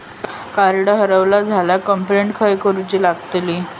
Card हरवला झाल्या complaint खय करूची लागतली?